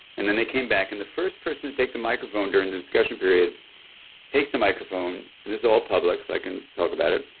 and then they came back, and the first person to take the microphone during the discussion period takes the microphone, and this is all public, so i can talk about it,